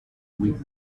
whip